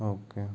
okay